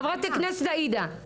חברת הכנסת עאידה.